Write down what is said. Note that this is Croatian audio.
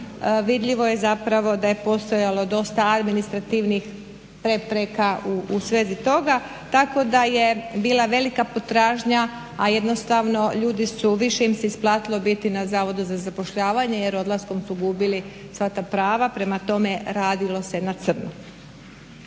vidljivo je zapravo da je postojalo dosta administrativnih prepreka u svezi toga, tako da je bila velika potražnja a jednostavno ljudi su, više im se isplatilo biti na Zavodu za zapošljavanje jer odlaskom su gubili sva ta prava, prema tome radilo se na crno.